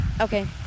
Okay